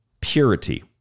Purity